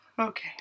okay